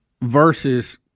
versus